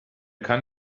kann